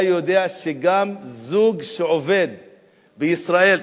אתה יודע שגם זוג שעובד בישראל,